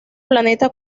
planeta